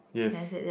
yes